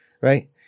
Right